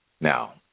Now